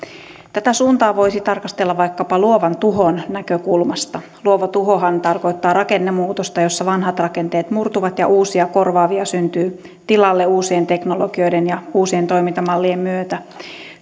tätä suuntaa voisi tarkastella vaikkapa luovan tuhon näkökulmasta luova tuhohan tarkoittaa rakennemuutosta jossa vanhat rakenteet murtuvat ja uusia korvaavia syntyy tilalle uusien teknologioiden ja uusien toimintamallien myötä